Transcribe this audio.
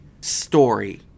story